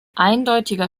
eindeutiger